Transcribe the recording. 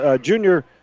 junior